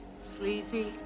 sleazy